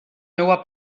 meua